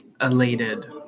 elated